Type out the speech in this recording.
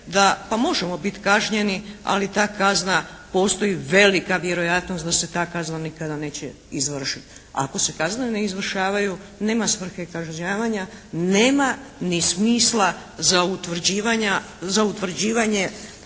da, pa možemo biti kažnjeni ali ta kazna postoji. Velika vjerojatnost da se ta kazna nikada neće izvršiti. Ako se kazne ne izvršavaju nema svrhe kažnjavanja, nema ni smisla za utvrđivanje